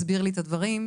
מסביר לי את הדברים,